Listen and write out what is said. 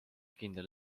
kindel